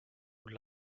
und